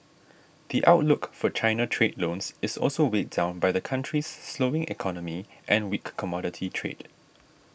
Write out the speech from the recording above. the outlook for China trade loans is also weighed down by the country's slowing economy and weak commodity trade